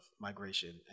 migration